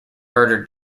murdered